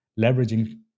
leveraging